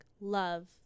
love